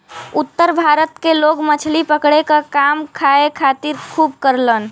उत्तर भारत के लोग मछली पकड़े क काम खाए खातिर खूब करलन